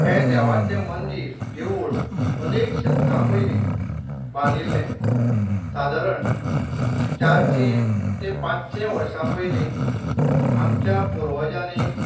हें देवाचें मंदीर देवूळ अनेक शतकां पयलीं बांदिल्लें सादारण चारशीं ते पांचशीं वर्सां पयलीं आमच्या पुर्वजांनी